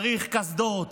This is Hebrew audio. צריך קסדות,